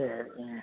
சரி ம்